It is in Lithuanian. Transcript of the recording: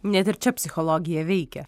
net ir čia psichologija veikia